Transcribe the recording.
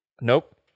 Nope